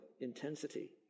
intensity